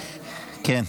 כן.